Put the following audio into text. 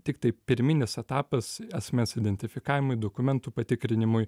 tiktai pirminis etapas asmens identifikavimui dokumentų patikrinimui